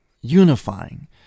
unifying